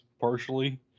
partially